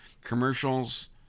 commercials